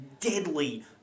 deadly